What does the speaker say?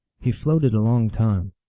he floated a long time.